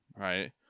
right